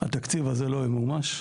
התקציב הזה לא ימומש,